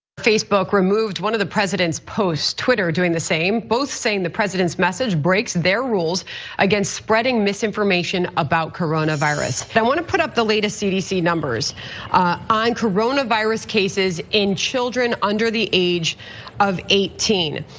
facebook removed one of the president's post, twitter doing the same, both saying the president's message breaks their rules against spreading misinformation about coronavirus. they wanna put up the latest cdc numbers on coronavirus cases in children under the age of eighteen.